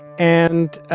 and,